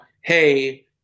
hey